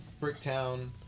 bricktown